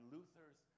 Luther's